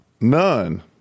None